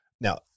Now